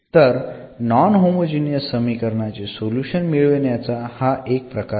तर non homogeneous समीकरणाचे solution मिळविण्याचा हा एक प्रकार आहे